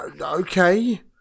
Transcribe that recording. okay